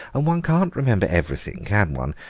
and one can't remember everything, can one?